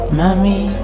mommy